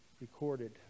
recorded